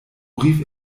rief